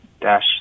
dash